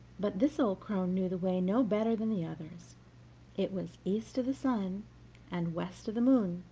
but this old crone knew the way no better than the others it was east of the sun and west of the moon,